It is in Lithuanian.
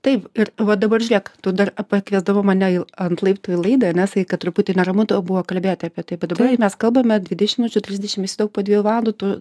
taip ir va dabar žiūrėk tu dar pakviesdama mane į ant laiptų į laidą ane sakei kad truputį neramu buvo kalbėti apie tai bet dabar mes kalbame dvidešim minučių trisdešim įsivaizduok po dviejų valandų tu